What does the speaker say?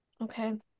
Okay